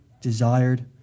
desired